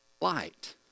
light